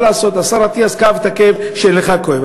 מה לעשות, השר אטיאס כאב את הכאב שלך כואב.